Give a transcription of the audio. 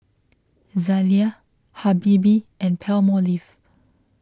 Zalia Habibie and Palmolive